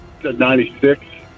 96